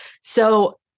So-